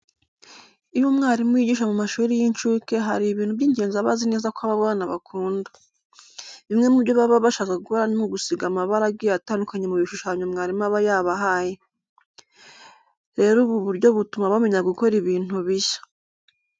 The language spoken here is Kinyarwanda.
Iyo umwarimu yigisha mu mashuri y'incuke, hari ibintu by'ingenzi aba azi neza ko abo bana bakunda. Bimwe mu byo baba bashaka gukora ni ugusiga amabara agiye atandukanye mu bishushanyo mwarimu aba yabahaye. Rero ubu buryo butuma bamenya gukora ibintu bishya.